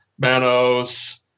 Manos